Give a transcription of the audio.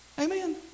Amen